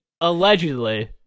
Allegedly